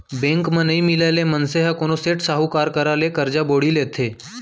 bank म नइ मिलय ले मनसे ह कोनो सेठ, साहूकार करा ले करजा बोड़ी लेथे